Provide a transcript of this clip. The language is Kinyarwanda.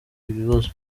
ibibazo